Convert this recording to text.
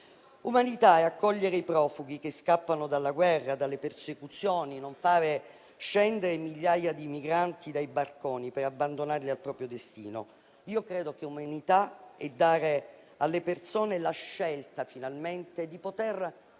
Umanità è accogliere i profughi che scappano dalla guerra, dalle persecuzioni, non far scendere migliaia di migranti dai barconi per abbandonarli al proprio destino. Io credo che umanità sia dare finalmente alle persone la scelta di poter